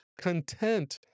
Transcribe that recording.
content